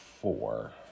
four